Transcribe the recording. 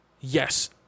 yes